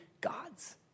God's